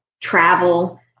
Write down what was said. travel